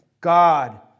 God